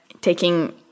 taking